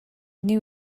knew